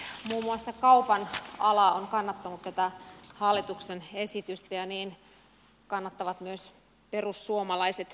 muun muassa kaupan ala on kannattanut tätä hallituksen esitystä ja niin kannattavat myös perussuomalaiset